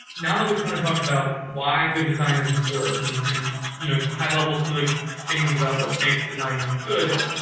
now that we've kind of talked about why good design is important and you know, high level some of the things about what makes design good,